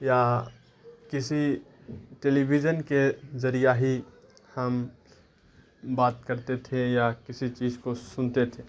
یا کسی television کے ذریعہ ہی ہم بات کرتے تھے یا کسی چیز کو سنتے تھے